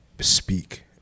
speak